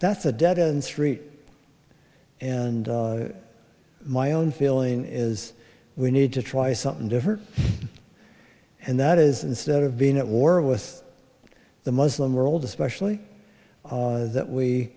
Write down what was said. that's a dead end street and my own feeling is we need to try something different and that is instead of being at war with the muslim world especially that we